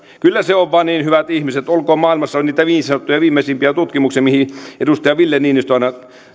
kyllä se on vain niin hyvät ihmiset olkoon maailmassa niitä niin sanottuja viimeisimpiä tutkimuksia mihin edustaja ville niinistö aina